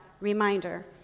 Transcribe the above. reminder